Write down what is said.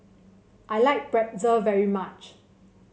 I like Pretzel very much